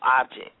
object